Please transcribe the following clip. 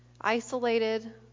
isolated